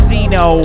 Zeno